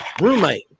roommate